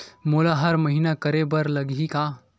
मोला हर महीना करे बर लगही का?